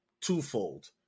twofold